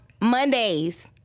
Mondays